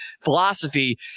philosophy